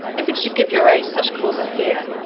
if it should give your age such cause of fear.